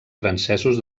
francesos